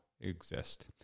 exist